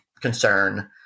concern